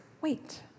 wait